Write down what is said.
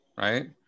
right